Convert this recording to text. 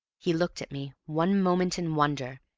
he looked at me one moment in wonder,